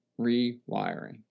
rewiring